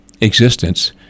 existence